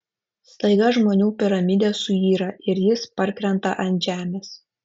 staiga žmonių piramidė suyra ir jis parkrenta ant žemės